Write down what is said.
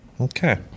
Okay